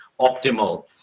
optimal